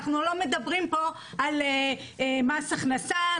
אנחנו לא מדברים פה על מס הכנסה,